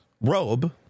robe